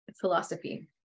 philosophy